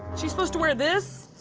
she's supposed to wear this?